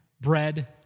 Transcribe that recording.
bread